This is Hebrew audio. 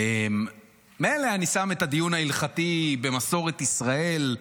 אני שם את הדיון ההלכתי במסורת ישראל,